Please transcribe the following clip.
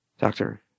Doctor